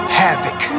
havoc